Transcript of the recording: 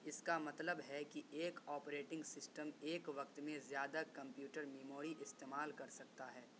اس کا مطلب ہے کہ ایک آپریٹنگ سسٹم ایک وقت میں زیادہ کمپیوٹر میموری استعمال کر سکتا ہے